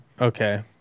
Okay